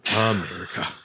America